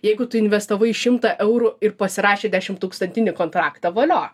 jeigu tu investavai šimtą eurų ir pasirašė dešimttūkstantinį kontraktą valio